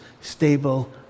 stable